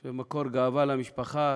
הוא מקור גאווה למשפחה.